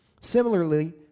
Similarly